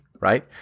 right